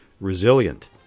resilient